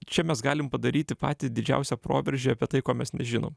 čia mes galim padaryti patį didžiausią proveržį apie tai ko mes nežinom